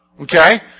Okay